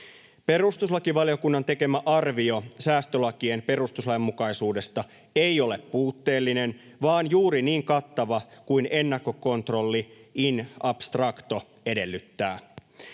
Perustuslakivaliokunnan tekemä arvio säästölakien perustuslainmukaisuudesta ei ole puutteellinen vaan juuri niin kattava kuin ennakkokontrolli in abstracto edellyttää.